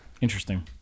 Interesting